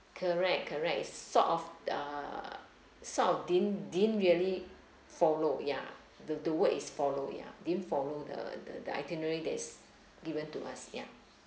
correct correct is sort of err sort of didn't didn't really follow ya the the word is follow ya didn't follow the the the itinerary that is given to us ya